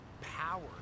power